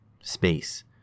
space